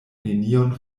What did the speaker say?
nenion